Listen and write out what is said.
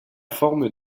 forme